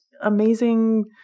amazing